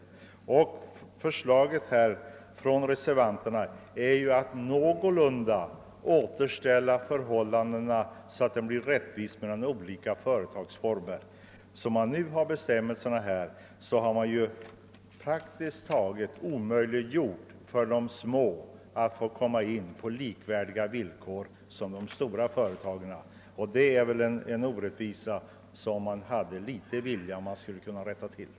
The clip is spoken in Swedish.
Reservanternas förslag går ut på att förhållandena någorlunda skall rättas till så att de olika företagen ges samma möjligheter. Som bestämmelserna nu är utformade är det praktiskt taget omöjligt för de små företagen att få låna på villkor likvärdiga med de stora företagens, och den orättvisan borde man väl med litet god vilja kunna eliminera.